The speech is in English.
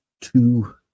two